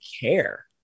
care